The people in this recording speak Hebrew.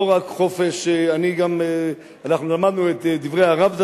לא רק חופש, אנחנו למדנו את דברי הרב זצ"ל,